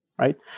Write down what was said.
Right